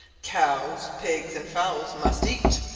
cows, pigs, and fowls must eat,